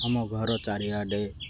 ଆମ ଘର ଚାରିଆଡ଼େ